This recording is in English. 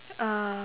uh